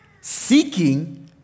seeking